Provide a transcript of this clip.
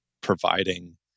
providing